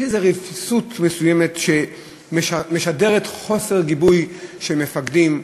יש רפיסות מסוימת שמשדרת חוסר גיבוי של מפקדים,